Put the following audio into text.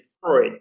Freud